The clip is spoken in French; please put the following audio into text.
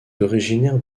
originaire